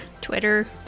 Twitter